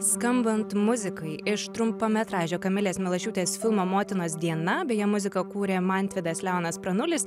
skambant muzikai iš trumpametražio kamilės milašiūtės filmo motinos diena beje muziką kūrė mantvydas leonas pranulis